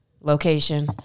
location